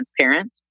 transparent